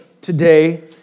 today